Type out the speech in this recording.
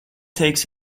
takes